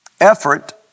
Effort